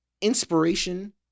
inspiration